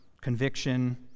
conviction